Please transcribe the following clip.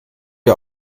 wir